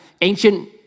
ancient